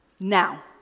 Now